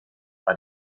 war